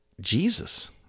Jesus